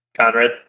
Conrad